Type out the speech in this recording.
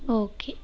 okay